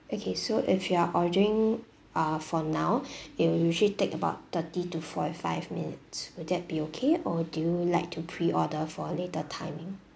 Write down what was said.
okay so if you're ordering uh for now it will usually take about thirty to forty five minutes will that be okay or do you like to pre-order for later timing